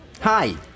Hi